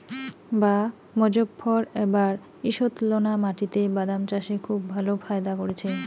বাঃ মোজফ্ফর এবার ঈষৎলোনা মাটিতে বাদাম চাষে খুব ভালো ফায়দা করেছে